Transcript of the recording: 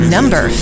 Number